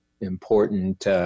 important